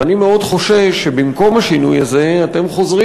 ואני מאוד חושש שבמקום השינוי הזה אתם חוזרים